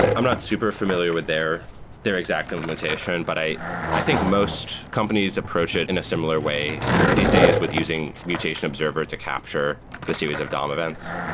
i'm not super familiar with their their exact implementation, but i i think most companies approach it in a similar way these days with using mutation observer to capture the series of dom events,